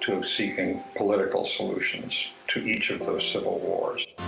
to seeking political solutions to it each of those civil wars.